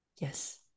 Yes